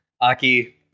Aki